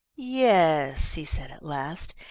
yes, he said, at last,